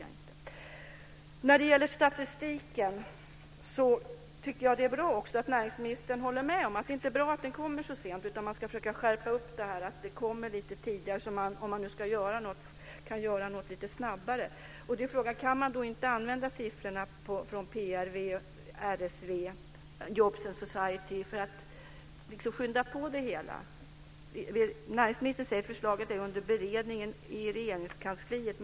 När det gäller statistiken tycker jag att det är bra att näringsministern håller med om att det inte är bra att den kommer så sent, utan att man ska försöka skärpa upp det hela så att den kommer lite tidigare, så att man om man ska göra något kan göra det lite snabbare. Kan man då inte använda siffrorna från PRV, RSV, Jobs and Society för att skynda på det hela? Näringsministern säger att förslaget är under beredning i Regeringskansliet.